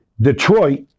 Detroit